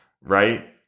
right